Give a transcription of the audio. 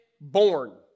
born